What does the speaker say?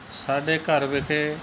ਸਾਡੇ ਘਰ ਵਿਖੇ